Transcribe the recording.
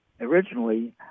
originally